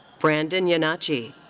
brandon yannacci.